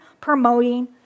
promoting